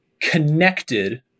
connected